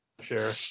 Sure